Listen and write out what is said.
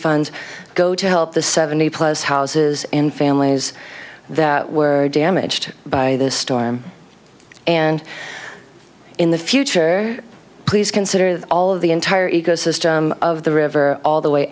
funds go to help the seventy plus houses and families that were damaged by this storm and in the future please consider all of the entire ecosystem of the river all the way